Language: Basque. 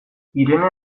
irene